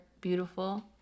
beautiful